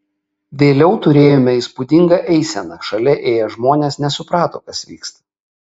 vėliau turėjome įspūdingą eiseną šalia ėję žmonės nesuprato kas vyksta